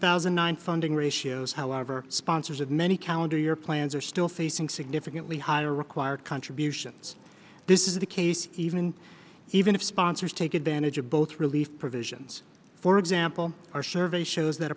thousand and nine funding ratios however sponsors of many calendar year plans are still facing significantly higher required contributions this is the case even even if sponsors take advantage of both relief provisions for example our survey shows that